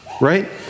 Right